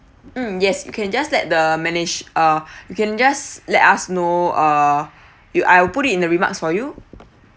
mm yes you can just let the manage uh you can just let us know uh you I'll put it in the remarks for you